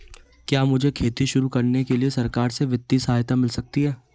क्या मुझे खेती शुरू करने के लिए सरकार से वित्तीय सहायता मिल सकती है?